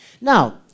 Now